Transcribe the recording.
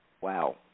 Wow